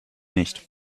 nicht